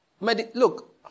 Look